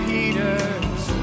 Peter's